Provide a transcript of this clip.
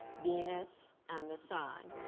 venus, and the sun.